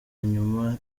nyuma